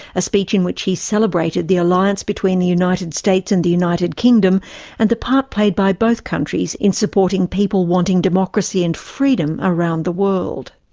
a speech in which he celebrated the alliance between the united states and the united kingdom and the part played by both countries in supporting people wanting democracy and freedom around the world.